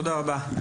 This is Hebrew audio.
תודה רבה.